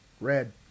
red